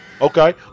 okay